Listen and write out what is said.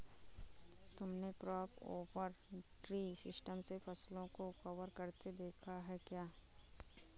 तुमने crop over tree system से फसलों को कवर करते देखा है क्या?